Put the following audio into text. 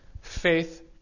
faith